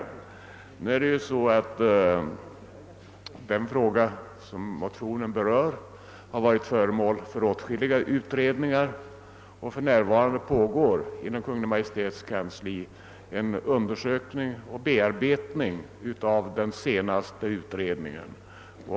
Emellertid har ju den fråga som berörs i motionen redan varit föremål för åtskilliga utredningar, och för närvarande pågår inom Kungl. Maj:ts kansli en undersökning och bearbetning av den senaste utredningens resultat.